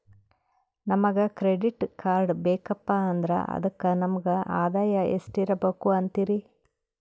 ನಮಗ credit card ಬೇಕಪ್ಪ ಅಂದ್ರ ಅದಕ್ಕ ನಮಗ ಆದಾಯ ಎಷ್ಟಿರಬಕು ಅಂತೀರಿ?